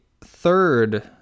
third